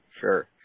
sure